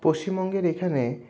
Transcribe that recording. পশ্চিমবঙ্গের এখানে